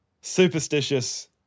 superstitious